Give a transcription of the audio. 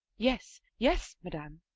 yes, yes, madam.